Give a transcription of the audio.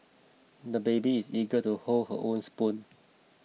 the baby is eager to hold his own spoon